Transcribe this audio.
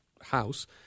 house